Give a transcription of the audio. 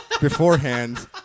beforehand